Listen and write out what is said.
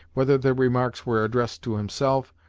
whether the remarks were addressed to himself,